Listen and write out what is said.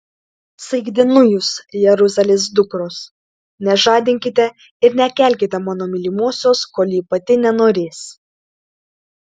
saikdinu jus jeruzalės dukros nežadinkite ir nekelkite mano mylimosios kol ji pati nenorės